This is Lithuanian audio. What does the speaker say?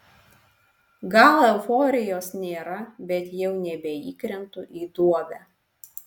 gal euforijos nėra bet jau nebeįkrentu į duobę